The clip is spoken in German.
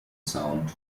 sound